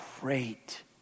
great